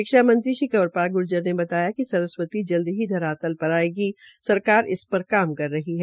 शिक्षा मंत्री श्री कंवर पाल ने बताया कि सरस्वती जल्द की धरातल पर आयेगी सरकार इस पर काम कर रही है